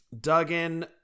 Duggan